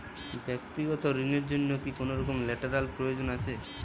ব্যাক্তিগত ঋণ র জন্য কি কোনরকম লেটেরাল প্রয়োজন আছে?